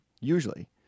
usually